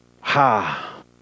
Ha